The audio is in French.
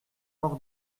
maur